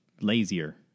lazier